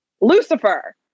Lucifer